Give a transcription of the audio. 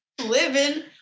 living